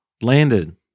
landed